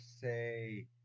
say